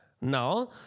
Now